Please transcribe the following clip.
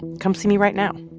come see me right now.